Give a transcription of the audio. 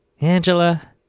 Angela